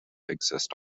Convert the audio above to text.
exist